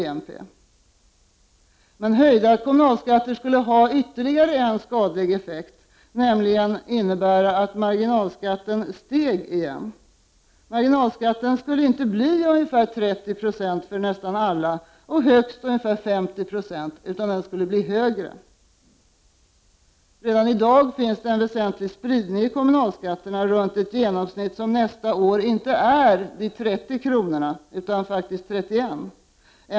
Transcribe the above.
För det andra skulle höjda kommunalskatter få ytterligare en skadlig effekt. Marginalskatten skulle nämligen stiga igen. Marginalskatten skulle inte bli ungefär 30 90 för nästan alla och som högst vara ungefär 50 96, utan den skulle bli högre. Redan i dag finns det en väsentlig spridning i fråga om kommunalskatterna runt ett genomsnitt som nästa år inte är 30 kr. utan faktiskt 31 kr.